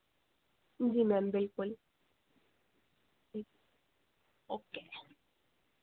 जी ma'am बिल्कुल जी okay